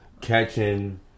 catching